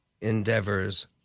endeavors